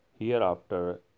Hereafter